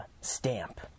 stamp